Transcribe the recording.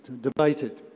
debated